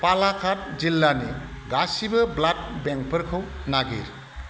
पालाकाड जिल्लानि गासिबो ब्लाड बेंकफोरखौ नागिर